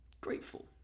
grateful